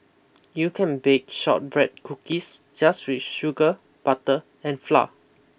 you can bake shortbread cookies just with sugar butter and flour